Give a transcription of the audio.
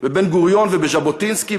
בבן-גוריון ובז'בוטינסקי,